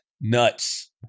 Nuts